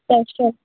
तसोच